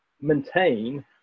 maintain